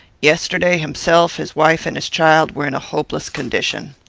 yesterday himself, his wife, and his child, were in a hopeless condition.